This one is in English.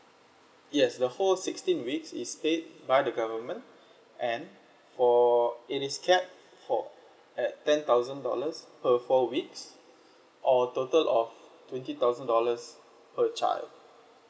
yes the whole sixteen weeks is paid by the government and for it is cap for at ten thousand dollars per four weeks or total of twenty thousand dollars per child